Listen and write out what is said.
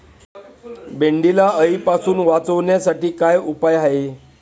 भेंडीला अळीपासून वाचवण्यासाठी काय उपाय आहे?